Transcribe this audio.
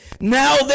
now